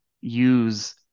use